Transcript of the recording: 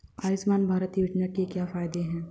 आयुष्मान भारत योजना के क्या फायदे हैं?